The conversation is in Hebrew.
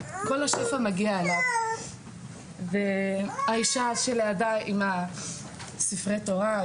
כל השפע מגיע אליו והאישה שלידה עם ספרי התורה,